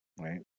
right